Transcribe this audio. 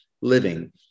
living